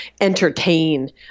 entertain